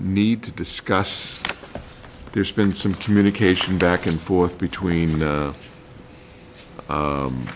need to discuss there's been some communication back and forth between